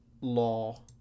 law